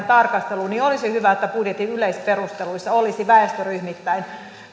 tarkastelu olisi hyvä että budjetin yleisperusteluissa olisi väestöryhmittäin